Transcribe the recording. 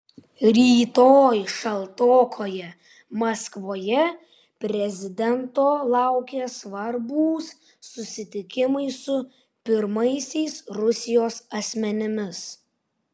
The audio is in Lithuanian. rytoj šaltokoje maskvoje prezidento laukia svarbūs susitikimai su pirmaisiais rusijos asmenimis